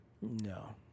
No